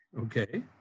Okay